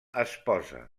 esposa